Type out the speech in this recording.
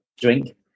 drink